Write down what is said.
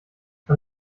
man